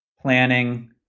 planning